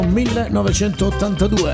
1982